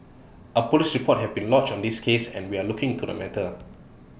A Police report have been lodged on this case and we are looking into the matter